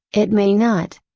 it may not.